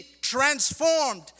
transformed